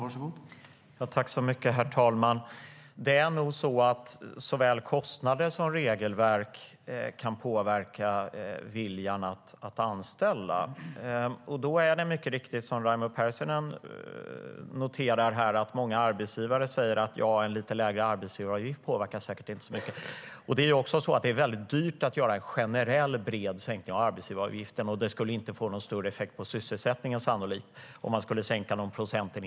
Herr talman! Såväl kostnader som regelverk kan nog påverka viljan att anställa. Då är det mycket riktigt som Raimo Pärssinen noterar, att många arbetsgivare säger att en lite lägre arbetsgivaravgift inte påverkar särskilt mycket. Det är också dyrt att göra en generell, bred sänkning av arbetsgivaravgiften. Och om man skulle sänka någon procentenhet eller två skulle det sannolikt inte få någon större effekt på sysselsättningen.